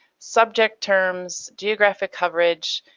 subject terms, geographic coverage,